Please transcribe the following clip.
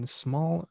small